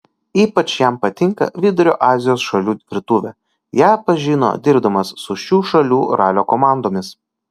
ypač jam patinka vidurio azijos šalių virtuvė ją pažino dirbdamas su šių šalių ralio komandomis